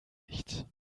nicht